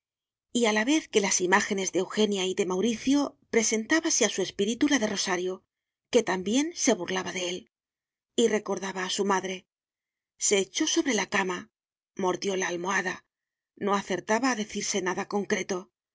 a la vez que las imágenes de eugenia y de mauricio presentábase a su espíritu la de rosario que también se burlaba de él y recordaba a su madre se echó sobre la cama mordió la almohada no acertaba a decirse nada concreto